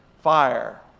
fire